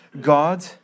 God